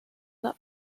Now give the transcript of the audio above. not